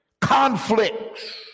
Conflicts